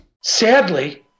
Sadly